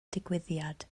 digwyddiad